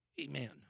amen